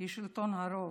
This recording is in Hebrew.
שלטון הרוב,